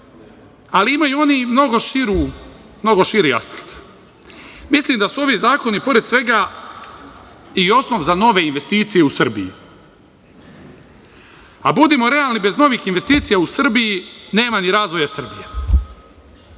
ali imaju oni mnogo širi aspekt. Mislim da su ovi zakoni, pored svega, osnov za nove investicije u Srbiji, a budimo realni, bez novih investicija u Srbiji nema ni razvoja Srbije.